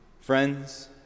Friends